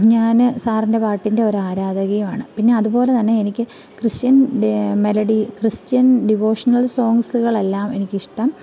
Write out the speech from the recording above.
ഞാന് സാറിൻ്റെ പാട്ടിൻ്റെ ഒരു ആരാധകയാണ് പിന്നെ അതുപോലെ തന്നെ എനിക്ക് ക്രിസ്ത്യൻ മെലഡി ക്രിസ്ത്യൻ ഡിവോഷണൽ സോങ്സുകളെല്ലാം എനിക്ക് ഇഷ്ടം